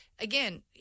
Again